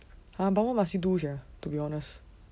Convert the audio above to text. !huh! but what must you do sia to be honest